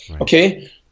okay